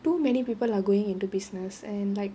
too many people are going into business and like